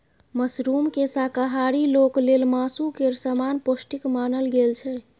मशरूमकेँ शाकाहारी लोक लेल मासु केर समान पौष्टिक मानल गेल छै